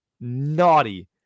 naughty